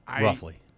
roughly